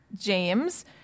James